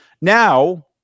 Now